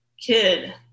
kid